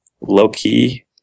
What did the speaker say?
low-key